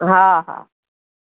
हा हा